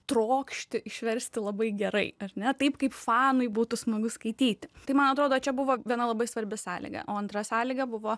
trokšti išversti labai gerai ar ne taip kaip fanui būtų smagu skaityti tai man atrodo čia buvo viena labai svarbi sąlyga o antra sąlyga buvo